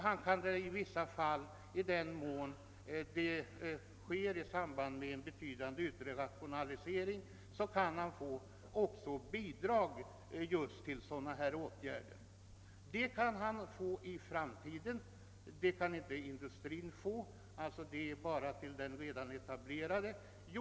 Han kan i vissa fall, i den mån anläggningen sker i samband med en betydande yttre rationalisering, också få bidrag just till sådana här åtgärder. Det kan inte industrin få — det utgår bara till redan etablerade företag.